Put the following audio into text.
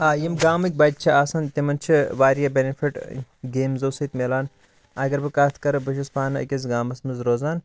آ یِم گامٕکۍ بَچہِ چھِ آسان تِمن چھِ واریاہ بینِفِٹ گیمزٕو سۭتۍ مِلان اگر بہٕ کَتھ کَرٕ بہٕ چھُس پانہٕ أکِس گامَس منٛز روزان